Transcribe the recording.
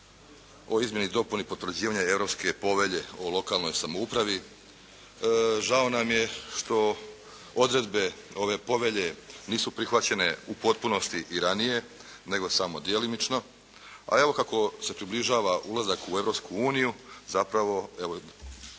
o izmjeni i dopuni potvrđivanja Europske Povelje o lokalnoj samoupravi. Žao nam je što odredbe ove Povelje nisu prihvaćene u potpunosti i ranije, nego samo djelomično. A evo kako se približava ulazak u Europsku uniju zapravo evo,